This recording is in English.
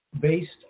based